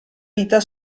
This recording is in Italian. vita